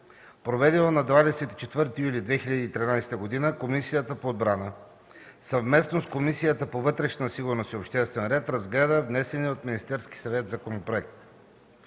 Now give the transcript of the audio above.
проведено на 24 юли 2013 г., Комисията по отбрана, съвместно с Комисията по вътрешна сигурност и обществен ред, разгледа внесения от Министерския съвет законопроект.